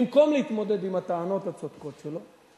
במקום להתמודד עם הטענת הצודקות שלו,